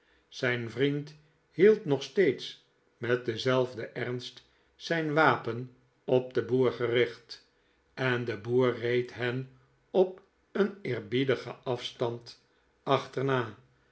zijn vriend hield nog steeds met denzelfden ernst zijn wapen op den boer gericht en de boer reed hen op een eerbiedigen afstand achterna